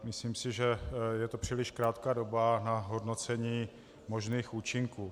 Myslím si, že je to příliš krátká doba na hodnocení možných účinků.